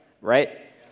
right